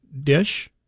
Dish